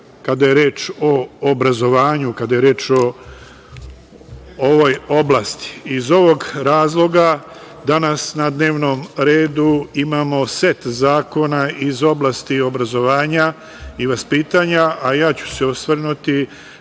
kada je reč o obrazovanju, kada je reč o ovoj oblasti. Iz ovog razloga danas na dnevnom redu imamo set zakona iz oblasti obrazovanja i vaspitanja, a ja ću se osvrnuti